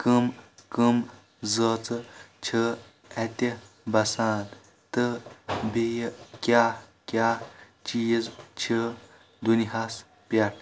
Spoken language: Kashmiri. کٔم کٔم زٲژٕ چھِ اتہِ بسان تہٕ بیٚیہِ کیاہ کیاہ چیز چھِ دُنۍیاہس پیٹھ